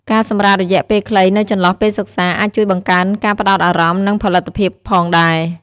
ការសម្រាករយៈពេលខ្លីនៅចន្លោះពេលសិក្សា អាចជួយបង្កើនការផ្តោតអារម្មណ៍ និងផលិតភាពផងដែរ។